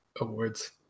awards